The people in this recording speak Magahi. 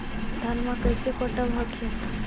धन्मा कैसे पटब हखिन?